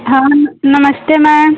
हँ न नमस्ते मैम